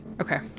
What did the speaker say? Okay